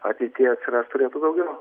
ateityje atsirast turėtų daugiau